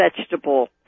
vegetable